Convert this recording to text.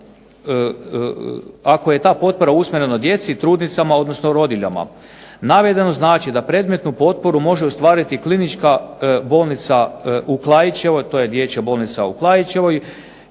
tako da ta potpora usmjerena djeci trudnicama odnosno rodiljama. Navedeno znači da predmetnu potporu može ostvariti Klinička bolnica u Klaićevoj to je Dječja bolnica u Klaićevoj.